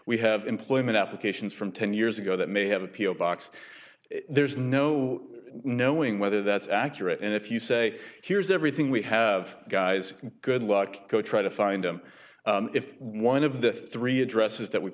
we have employment applications from ten years ago that may have appeal box there's no knowing whether that's accurate and if you say here's everything we have guys good luck try to find them if one of the three addresses that w